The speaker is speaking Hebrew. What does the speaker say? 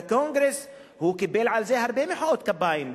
בקונגרס הוא קיבל על זה הרבה מחיאות כפיים,